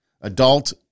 adult